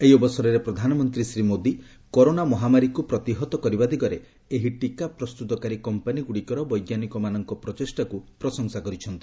ଏହି ଅବସରରେ ପ୍ରଧାନମନ୍ତ୍ରୀ ଶ୍ରୀ ମୋଦୀ କରୋନା ମହାମାରୀକୁ ପ୍ରତିହତ କରିବା ଦିଗରେ ଏହି ଟିକା ପ୍ରସ୍ତୁତକାରୀ କମ୍ପାନିଗୁଡ଼ିକର ବୈଜ୍ଞାନିକମାନଙ୍କ ପ୍ରଚେଷ୍ଟାକୁ ପ୍ରଶଂସା କରିଛନ୍ତି